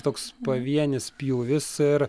toks pavienis pjūvis ir